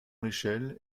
l’échelle